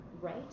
right